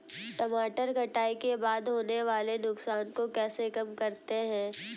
टमाटर कटाई के बाद होने वाले नुकसान को कैसे कम करते हैं?